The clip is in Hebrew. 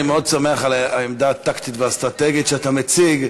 אני מאוד שמח על העמדה הטקטית והאסטרטגית שאתה מציג,